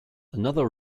another